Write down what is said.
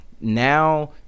now